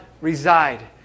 reside